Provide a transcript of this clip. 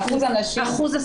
באחוז הנשים.